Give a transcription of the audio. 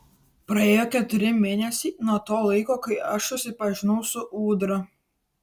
praėjo keturi mėnesiai nuo to laiko kai aš susipažinau su ūdra